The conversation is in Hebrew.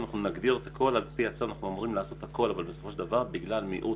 אנחנו אמורים לעשות הכול על פי הצו אבל בגלל מיעוט